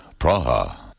Praha